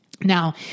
Now